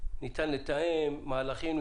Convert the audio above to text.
ניתן לתאם מהלכים.